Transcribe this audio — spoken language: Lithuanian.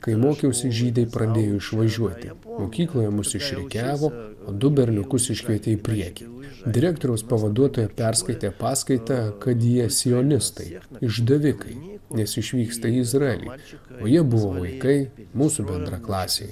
kai mokiausi žydai pradėjo išvažiuoti mokykloje mus išrikiavo du berniukus iškvietė į priekį direktoriaus pavaduotoja perskaitė paskaitą kad jie sionistai išdavikai nes išvyksta į izraelį o jie buvo vaikai mūsų bendraklasiai